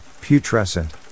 putrescent